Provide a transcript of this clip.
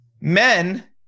Men